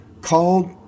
called